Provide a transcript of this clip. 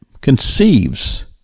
conceives